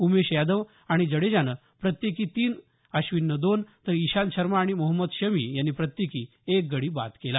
उमेश यादव आणि जडेजानं प्रत्येकी तीन अश्विननं दोन तर ईशांत शर्मा आणि मोहम्मद शमी यांनी प्रत्येकी एक गडी बाद केला